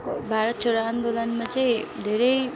भारत छोडो आन्दोलनमा चाहिँ धेरै